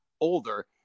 older